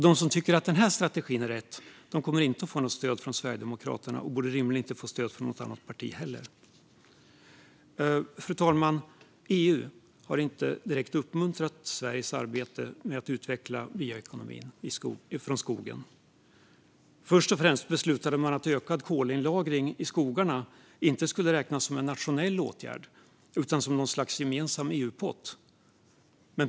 De som tycker att denna strategi är rätt kommer inte att få något stöd från Sverigedemokraterna och borde rimligen inte få stöd från något annat parti heller. Fru talman! EU har inte direkt uppmuntrat Sveriges arbete med att utveckla den skogsbaserade bioekonomin. Först och främst beslutade man att ökad kolinlagring i skogarna inte skulle räknas som en nationell åtgärd utan skulle ingå i något slags gemensam EU-pott.